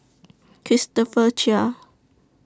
Christopher Chia